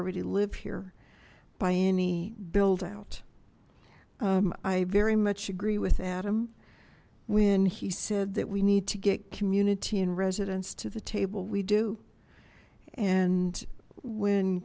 ady live here by any build out i very much agree with adam when he said that we need to get community and residents to the table we do and when